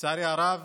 לצערי הרב